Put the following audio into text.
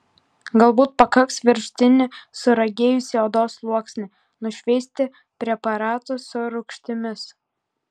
galbūt pakaks viršutinį suragėjusį odos sluoksnį nušveisti preparatu su rūgštimis